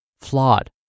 flawed